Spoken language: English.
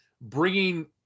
bringing